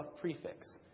prefix